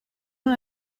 una